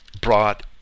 brought